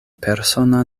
persona